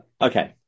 okay